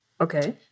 Okay